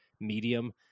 medium